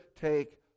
take